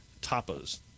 Tapas